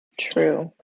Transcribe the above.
True